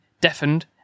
deafened